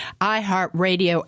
iHeartRadio